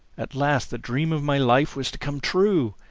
at last the dream of my life was to come true!